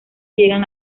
llegan